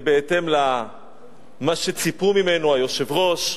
ובהתאם למה שציפו ממנו, היושב-ראש,